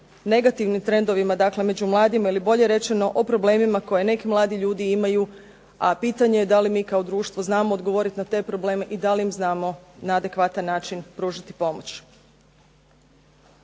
negativnim trendovima među mladima ili bolje rečeno o problemima koje neki mladi ljudi imaju. A pitanje je da li mi kao društvo znamo odgovoriti na te probleme i da li im znamo na adekvatan način pružiti pomoć.